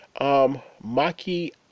Maki